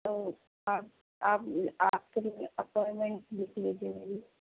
تو آپ آپ آپ اپائنٹمنٹ لِکھ لیجیے میری